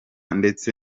ndetse